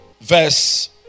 verse